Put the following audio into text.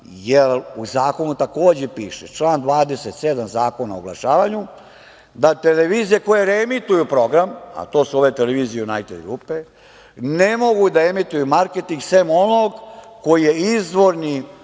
zakonu takođe piše, član 27. Zakona o oglašavanju da televizije koje reemituju program, a to su ove televizije „Junajted grupe“, ne mogu da emituju marketing, sem onog koji je za izvorni